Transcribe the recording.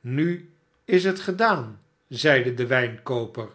nu is het gedaan zeide de wijnkooper